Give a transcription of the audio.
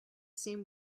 same